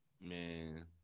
Man